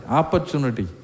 opportunity